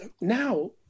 Now